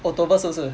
october 是不是